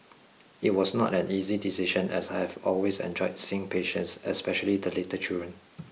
it was not an easy decision as I have always enjoyed seeing patients especially the little children